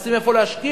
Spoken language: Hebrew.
מחפשים איפה להשקיע.